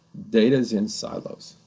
data's in silos.